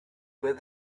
with